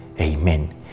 Amen